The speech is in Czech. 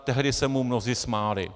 Tehdy se mu mnozí smáli.